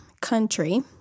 country